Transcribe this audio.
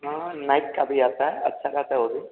हाँ नाइक का भी आता है अच्छा खासा वह भी